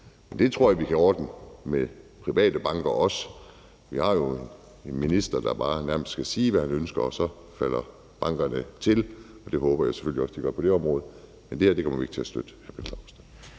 Det tror jeg at vi også kan ordne med private banker. Vi har jo en minister, der bare nærmest skal sige, hvad han ønsker, og så falder bankerne til føje. Det håber jeg selvfølgelig også at de gør på det område, men det her kommer vi ikke til at støtte,